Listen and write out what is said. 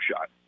shot